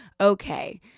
okay